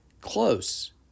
close